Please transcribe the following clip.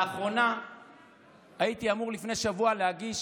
לאחרונה הייתי אמור, לפני שבוע, להגיש